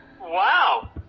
Wow